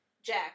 Jack